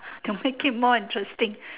to make it more interesting